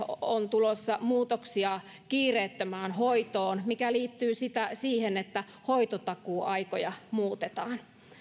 on tulossa muutoksia kiireettömään hoitoon mikä liittyy siihen että hoitotakuuaikoja muutetaan